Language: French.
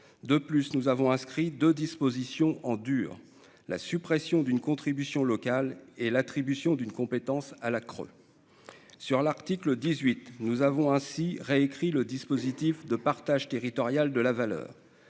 de plus nous avons inscrit 2 dispositions en dur, la suppression d'une contribution locales et l'attribution d'une compétence à la creux sur l'article 18 nous avons ainsi réécrit le dispositif de partage territorial de la valeur